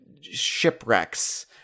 shipwrecks